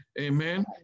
Amen